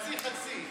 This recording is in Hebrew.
חצי חצי.